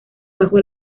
bajo